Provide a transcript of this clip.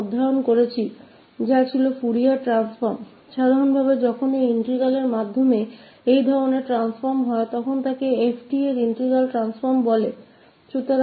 इसलिए सामान्य तौर पर जब हमारे पास इस अभिन्न के माध्यम से ऐसे परिवर्तन होते हैं तो हमारे पास जब ऐसे ट्रांसफॉर्म इंटीग्रल के द्वारा होते है हम उसे इंटीग्रल ट्रांसफॉर्म केहते है तो हमारे पास जब ऐसे ट्रांसफॉर्म इंटीग्रल के द्वारा होते है हम उसे इंटीग्रल ट्रांसफार्म 𝑓𝑡 केहते है